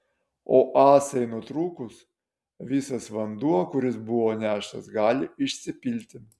o ąsai nutrūkus visas vanduo kuris buvo neštas gali išsipilti